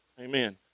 Amen